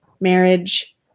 marriage